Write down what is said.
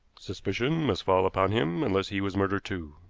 suspicion must fall upon him unless he was murdered too.